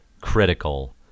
critical